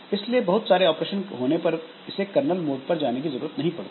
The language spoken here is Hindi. इसलिए बहुत सारे ऑपरेशन होने पर इसे कर्नल मोड पर जाने की जरूरत नहीं पड़ती